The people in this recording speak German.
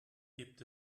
gibt